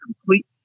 complete